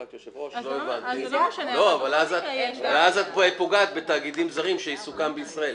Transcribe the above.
אז את פוגעת בתאגידים זרים שעיסוקם בישראל.